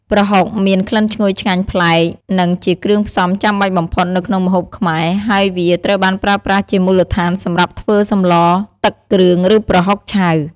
ប្រហុកមាន ក្លិនឈ្ងុយឆ្ងាញ់ប្លែក និងជាគ្រឿងផ្សំចាំបាច់បំផុតនៅក្នុងម្ហូបខ្មែរ ហើយវាត្រូវបានប្រើប្រាស់ជាមូលដ្ឋានសម្រាប់ធ្វើសម្លរ ទឹកគ្រឿង ឬប្រហុកឆៅ។